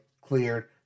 cleared